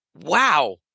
Wow